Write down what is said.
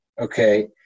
okay